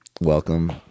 Welcome